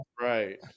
right